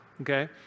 Okay